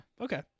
Okay